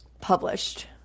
published